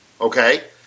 Okay